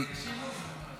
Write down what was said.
--- שינוי, נו, מה?